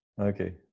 Okay